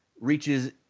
reaches